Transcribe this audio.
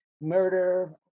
murder